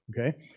okay